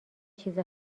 چیز